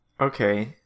Okay